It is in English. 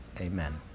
Amen